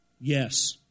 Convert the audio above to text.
Yes